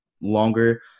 longer